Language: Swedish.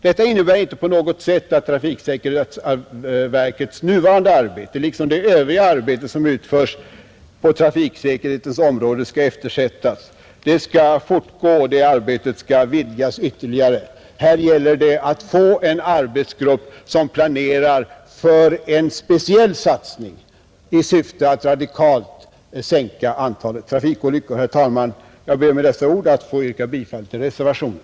Detta innebär inte på något sätt att trafiksäkerhetsverkets nuvarande arbete eller det övriga arbete som utförs på trafiksäkerhetens område skall eftersättas. Det arbetet skall fortgå och det skall utvidgas ytterligare. Här gäller det att få en arbetsgrupp som planerar för en speciell satsning i syfte att radikalt sänka antalet trafikolyckor. Herr talman! Jag ber med dessa ord att få yrka bifall till reservationen.